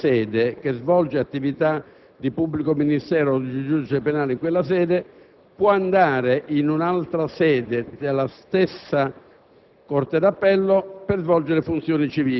un magistrato che in una qualunque sede svolge attività di pubblico ministero o di giudice penale può andare in un'altra sede della stessa corte